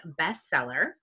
bestseller